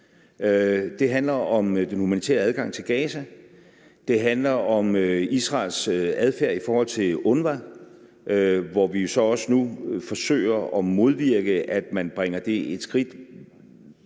Det handler om den humanitære adgang til Gaza, og det handler om Israels adfærd i forhold til UNRWA, hvor vi jo så også nu forsøger at modvirke, at man bringer det endnu et skridt